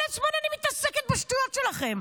כל הזמן אני מתעסקת בשטויות שלכם.